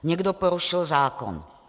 Někdo porušil zákon.